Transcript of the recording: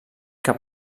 que